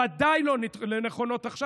ובוודאי הם לא נכונים עכשיו.